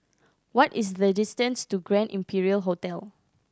what is the distance to Grand Imperial Hotel